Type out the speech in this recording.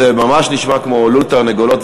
זה ממש נשמע כמו לול תרנגולות,